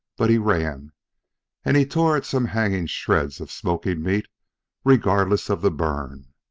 but he ran and he tore at some hanging shreds of smoking meat regardless of the burn.